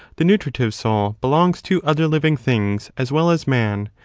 the nutritive soul belongs to other living things as well as. man,